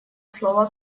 слово